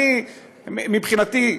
מבחינתי,